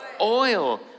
Oil